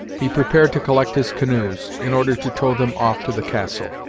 he prepared to collect his canoes, in order to tow them off to the castle.